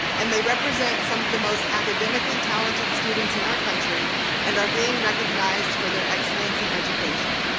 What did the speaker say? and they represent some of the most academically talented students in our country and are being recognized for their excellence in education.